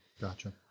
Gotcha